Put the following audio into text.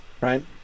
right